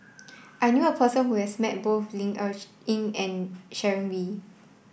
I knew a person who has met both Ling Cher Eng and Sharon Wee